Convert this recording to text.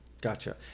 Gotcha